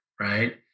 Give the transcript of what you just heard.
Right